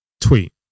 Tweet